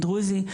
הדרוזי,